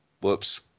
Whoops